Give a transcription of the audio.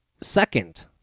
second